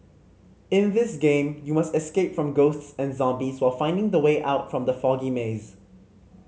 in this game you must escape from ghosts and zombies while finding the way out from the foggy maze